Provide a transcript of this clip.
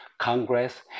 Congress